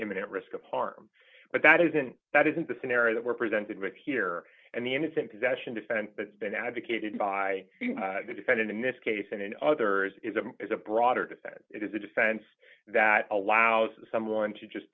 imminent risk of harm but that isn't that isn't the scenario that we're presented with here and the innocent possession defense that's been advocated by the defendant in this case and in others it is a broader to say it is a defense that allows someone to just